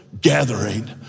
gathering